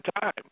time